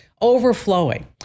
overflowing